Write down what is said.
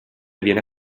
viene